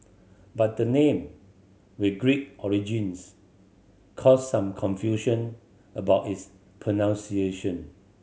but the name with Greek origins caused some confusion about its pronunciation